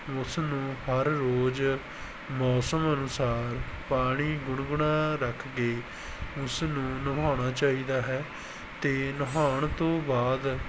ਉਸ ਨੂੰ ਹਰ ਰੋਜ਼ ਮੌਸਮ ਅਨੁਸਾਰ ਪਾਣੀ ਗੁਣਗੁਣਾ ਰੱਖ ਕੇ ਉਸ ਨੂੰ ਨਹਾਉਣਾ ਚਾਹੀਦਾ ਹੈ ਅਤੇ ਨਹਾਉਣ ਤੋਂ ਬਾਅਦ